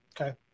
Okay